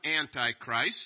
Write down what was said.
Antichrist